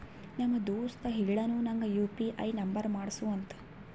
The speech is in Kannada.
ನಮ್ ದೋಸ್ತ ಹೇಳುನು ನಂಗ್ ಯು ಪಿ ಐ ನುಂಬರ್ ಮಾಡುಸ್ಗೊ ಅಂತ